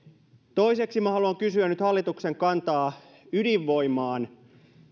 toiseksi minä haluan kysyä nyt hallituksen kantaa ydinvoimaan